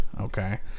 okay